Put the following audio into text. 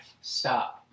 stop